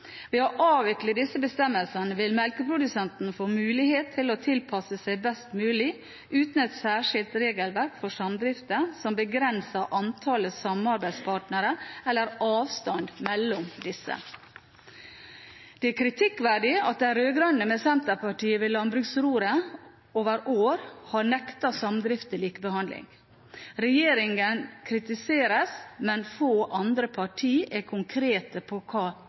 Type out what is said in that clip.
Ved en avvikling av disse bestemmelsene vil melkeprodusentene få mulighet til å tilpasse seg best mulig, uten et særskilt regelverk for samdrifter som begrenser antallet samarbeidspartnere eller avstanden mellom disse. Det er kritikkverdig at de rød-grønne med Senterpartiet ved landbruksroret over år har nektet samdrifter likebehandling. Regjeringen kritiseres, men få andre partier er konkrete med tanke på hva